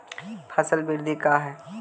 फसल वृद्धि का है?